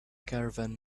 caravan